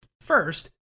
First